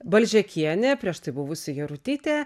balžekienė prieš tai buvusi jarutytė